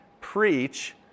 preach